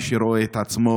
מי שרואה את עצמו